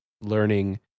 learning